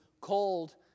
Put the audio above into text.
cold